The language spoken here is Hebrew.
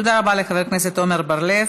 תודה רבה לחבר הכנסת עמר בר-לב.